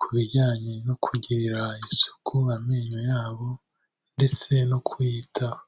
ku bijyanye no kugirira isuku amenyo yabo ndetse no kuyitaho.